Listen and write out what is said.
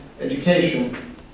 education